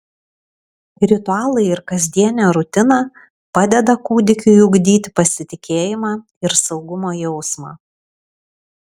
ritualai ir kasdienė rutina padeda kūdikiui ugdyti pasitikėjimą ir saugumo jausmą